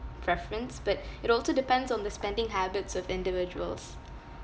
preference but it also depends on the spending habits of individuals